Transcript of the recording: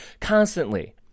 constantly